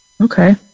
Okay